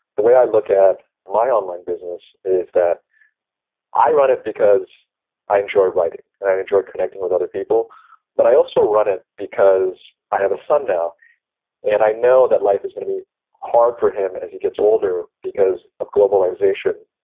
the way i look at my online business is that i run it because i enjoy writing and i enjoy connecting with other people but i also run it because i have a son now and i know that life is going to be hard for him as he gets older because of globalization,